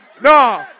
No